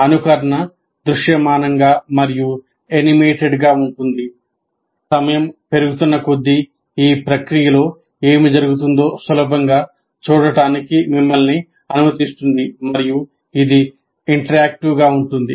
అనుకరణ దృశ్యమానంగా మరియు యానిమేటెడ్గా ఉంటుంది సమయం పెరుగుతున్న కొద్దీ ఈ ప్రక్రియలో ఏమి జరుగుతుందో సులభంగా చూడటానికి మిమ్మల్ని అనుమతిస్తుంది మరియు ఇది ఇంటరాక్టివ్గా ఉంటుంది